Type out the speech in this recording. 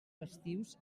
festius